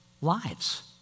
lives